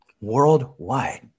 Worldwide